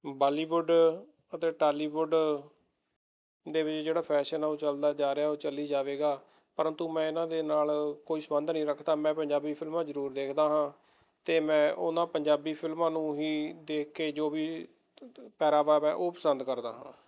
ਬਾਲੀਵੁੱਡ ਅਤੇ ਟਾਲੀਵੁੱਡ ਦੇ ਵਿੱਚ ਜਿਹੜਾ ਫੈਸ਼ਨ ਹੈ ਉਹ ਚੱਲਦਾ ਜਾ ਰਿਹਾ ਉਹ ਚੱਲੀ ਜਾਵੇਗਾ ਪਰੰਤੂ ਮੈਂ ਇਹਨਾਂ ਦੇ ਨਾਲ ਕੋਈ ਸੰਬੰਧ ਨਹੀਂ ਰੱਖਦਾ ਮੈਂ ਪੰਜਾਬੀ ਫਿਲਮਾਂ ਜ਼ਰੂਰ ਦੇਖਦਾ ਹਾਂ ਅਤੇ ਮੈਂ ਉਹਨਾਂ ਪੰਜਾਬੀ ਫਿਲਮਾਂ ਨੂੰ ਹੀ ਦੇਖ ਕੇ ਜੋ ਵੀ ਪ ਪਹਿਰਾਵਾ ਵੈ ਉਹ ਪਸੰਦ ਕਰਦਾ ਹਾਂ